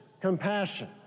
compassion